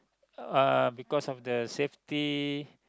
uh because of the safety